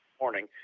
morning